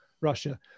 Russia